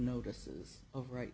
notices of right